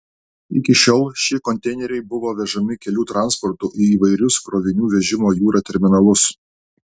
iki šiol šie konteineriai buvo vežami kelių transportu į įvairius krovinių vežimo jūra terminalus